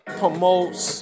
promotes